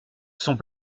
sont